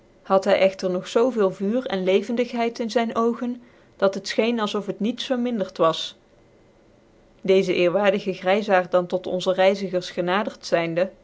had hy cgtcr nog zoo veel vuur en levendigheid in zyn oogen dat het fcheen als of het niets vermindert was decze eerwaardige gryzaard dan tot onze reizigers genadert zyndc